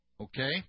okay